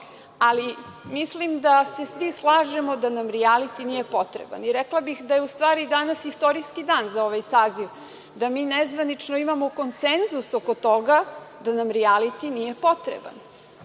ali mislim da se svi slažemo da nam rijaliti nije potreban i rekla bih da je u stvari danas istorijski dan za ovaj saziv da mi nezvanično imamo konsenzus oko toga da nam rijaliti nije potreban. Prema